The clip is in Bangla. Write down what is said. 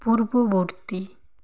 পূর্ববর্তী